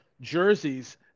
jerseys